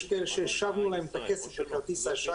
יש כאלה שהשבנו להם את הכסף לכרטיס האשראי